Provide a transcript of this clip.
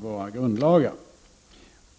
våra grundlagar.